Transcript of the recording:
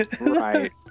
Right